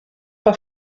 pas